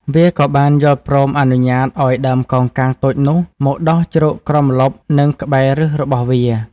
វាក៏បានយល់ព្រមអនុញ្ញាតឲ្យដើមកោងកាងតូចនោះមកដុះជ្រកក្រោមម្លប់និងក្បែរប្ញសរបស់វា។